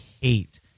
hate